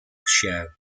show